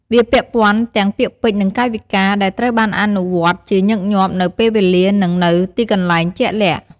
វាពាក់ព័ន្ធទាំង ពាក្យពេចន៍ និង កាយវិការ ដែលត្រូវបានអនុវត្តជាញឹកញាប់នៅ ពេលវេលា និងនៅ ទីកន្លែង ជាក់លាក់។